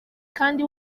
kandi